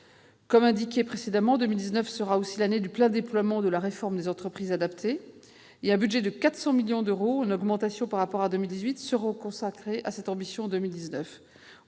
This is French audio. Comme indiqué précédemment, l'année 2019 sera aussi l'année du plein déploiement de la réforme des entreprises adaptées. Un budget de 400 millions d'euros, en augmentation par rapport à 2018, sera consacré à cette ambition en 2019.